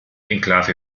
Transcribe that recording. enklave